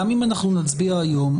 גם אם אנחנו נצביע היום,